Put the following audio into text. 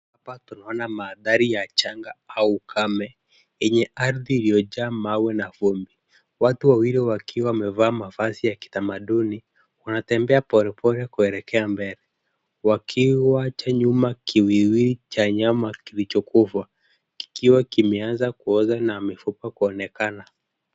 Hapa tunaona mandhari ya janga au ukame, yenye ardhi iliyojaa mawe na vumbi. Watu wawili wakiwa wamevaa mavazi ya kitamaduni, wanatembea polepole kuelekea mbele. Wakiuwacha nyuma kiwuiwiu cha nyama kilichokufa, kikiwa kimeanza kuoza na mifupa kuonekana.